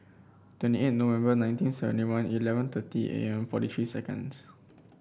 twenty eight November nineteen seventy one eleven thirty A M forty three seconds